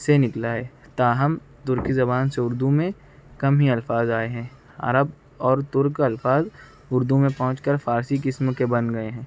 سے نکلا ہے تاہم ترکی زبان سے اردو میں کم ہی الفاظ آئے ہیں عرب اور ترک الفاظ اردو میں پہنچ کر فارسی قسم کے بن گئے ہیں